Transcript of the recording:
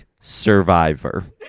survivor